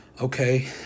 okay